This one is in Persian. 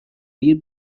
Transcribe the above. این